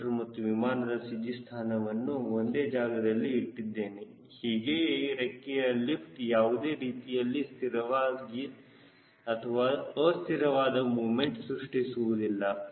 c ಮತ್ತು ವಿಮಾನದ CG ಸ್ಥಾನವನ್ನು ಒಂದೇ ಜಾಗದಲ್ಲಿ ಇಟ್ಟಿದ್ದೇನೆ ಹೀಗಾಗಿ ರೆಕ್ಕೆಯ ಲಿಫ್ಟ್ ಯಾವುದೇ ರೀತಿಯ ಸ್ಥಿರವಾದ ಅಥವಾ ಅಸ್ಥಿರವಾದ ಮೊಮೆಂಟ್ ಸೃಷ್ಟಿಸುವುದಿಲ್ಲ